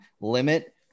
limit